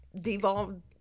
devolved-